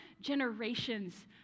generations